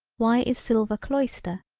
why is silver cloister,